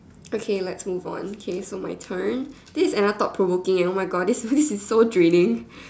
okay let's move on okay so my turn okay this is another thought provoking eh oh my God this is so draining